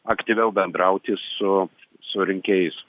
aktyviau bendrauti su su rinkėjais